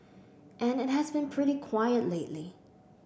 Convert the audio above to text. and it has been pretty quiet lately